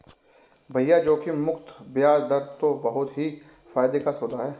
भैया जोखिम मुक्त बयाज दर तो बहुत ही फायदे का सौदा है